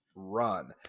run